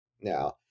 now